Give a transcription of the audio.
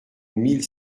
mille